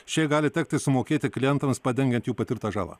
šiai gali tekti sumokėti klientams padengiant jų patirtą žalą